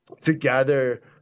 together